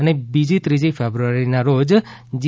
અને બીજી ત્રીજી ફેબ્રુઆરી ના રોજ જી